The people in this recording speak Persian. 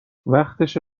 وقتشه